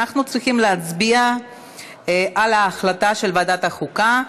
אנחנו צריכים להצביע על ההחלטה של ועדת החוקה.